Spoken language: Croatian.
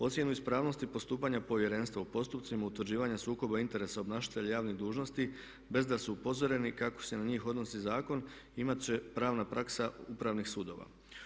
Ocjenu ispravnosti postupanja Povjerenstva u postupcima utvrđivanja sukoba interesa obnašatelja javnih dužnosti bez da su upozoreni kako se na njih odnosi zakon imati će pravna praksa upravnih sudova.